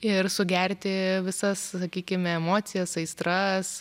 ir sugerti visas sakykime emocijas aistras